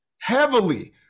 heavily